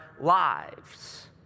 lives